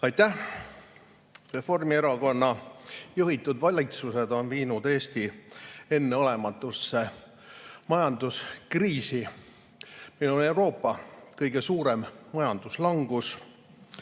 Aitäh! Reformierakonna juhitud valitsused on viinud Eesti enneolematusse majanduskriisi. Meil on Euroopa kõige suurem majanduslangus